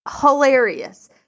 hilarious